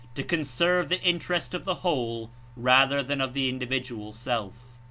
to conserve the interest of the whole rather than of the individual self.